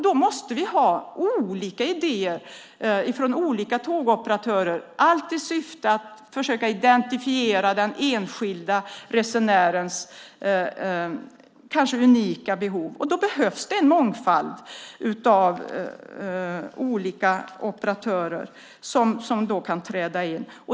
Då måste vi ha olika idéer från olika tågoperatörer och försöka identifiera den enskilda resenärens kanske unika behov. Då behövs det en mångfald av olika operatörer som kan träda in.